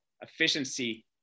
efficiency